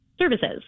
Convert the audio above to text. services